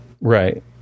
Right